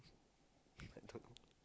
I don't know